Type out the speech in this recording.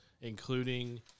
including